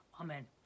Amen